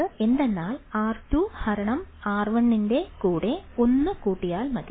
അത് എന്തെന്നാൽ R2 ഹരണം R1 ൻറെ കൂടെ ഒന്ന് കൂട്ടിയാൽ മതി